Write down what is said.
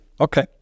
Okay